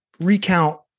recount